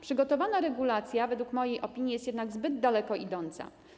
Przygotowana regulacja, według mojej opinii, jest zbyt daleko idąca.